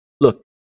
Look